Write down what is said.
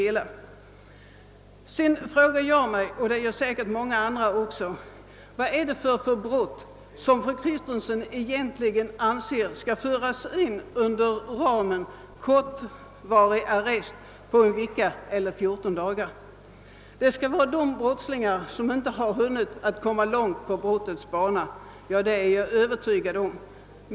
Vidare frågar jag mig och det gör säkert många andra också: Vad är det för slags brott som fru Kristensson egentligen anser skall föras in under ramen kortvarig arrest på en vecka eller fjorton dagar? Det skall enligt hennes mening vara de brottslingar som inte hunnit komma långt på brottets bana, och det är jag överens med henne om.